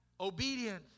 Obedience